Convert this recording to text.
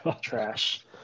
Trash